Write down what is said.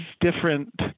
different